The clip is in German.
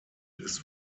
ist